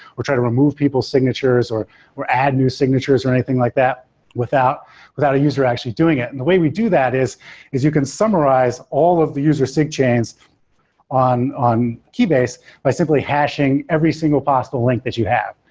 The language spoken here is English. or try to remove people's signatures, or or add new signatures or anything like that without a user actually doing it and the way we do that is is you can summarize all of the user sigchains on on keybase by simply hashing every single possible link that you have.